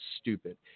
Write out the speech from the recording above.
Stupid